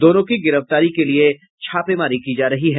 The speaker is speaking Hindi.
दोनों की गिरफ्तारी के लिए छापेमारी की जा रही है